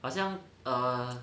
好像 err